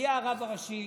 הגיע הרב הראשי,